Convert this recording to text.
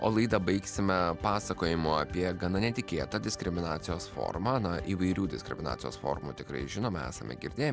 o laidą baigsime pasakojimu apie gana netikėtą diskriminacijos formą na įvairių diskriminacijos formų tikrai žinome esame girdėję